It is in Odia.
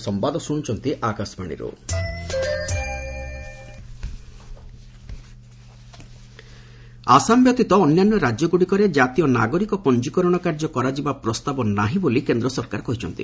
ଏଲ୍ ଏସ୍ ଗଭ୍ ଆସାମ ବ୍ୟତୀତ ଅନ୍ୟାନ୍ୟ ରାଜ୍ୟଗୁଡ଼ିକରେ ଜାତୀୟ ନାଗରିକ ପଞ୍ଜିକରଣ କାର୍ଯ୍ୟ କରାଯିବା ପ୍ରସ୍ତାବ ନାହିଁ ବୋଲି କେନ୍ଦ୍ର ସରକାର କହିଛନ୍ତି